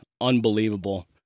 unbelievable